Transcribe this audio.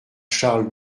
charles